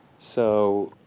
so